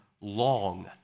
long